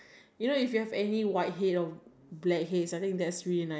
um I think is like is really what do you call it it's